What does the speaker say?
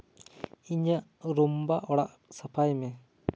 ᱤᱧᱟᱹᱜ ᱨᱩᱢᱵᱟ ᱚᱲᱟᱜ ᱥᱟᱯᱷᱟᱭ ᱢᱮ